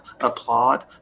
applaud